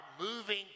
moving